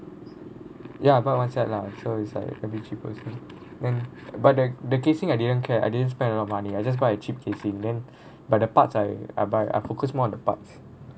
ya I bought one set lah so it's like a bit cheap also then but the the casing I didn't care I didn't spend a lot of money I just buy a cheap casing then but the parts I I bu~ I focus more on the parts